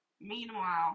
meanwhile